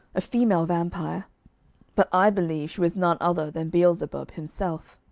a female vampire but i believe she was none other than beelzebub himself